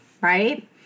right